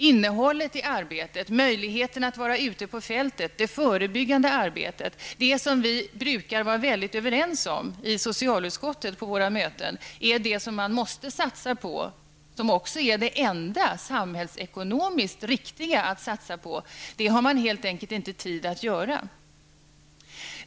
Innehållet i arbetet, möjligheten att vara ute på fältet, det förebyggande arbetet, det som enligt vad vi i socialutskottet på våra möten brukar vara väldigt överens om att man måste satsa på och som är det enda samhällsekonomiskt riktiga att satsa på, har man helt enkelt inte tid att utföra.